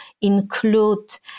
include